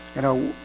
you know,